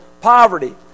poverty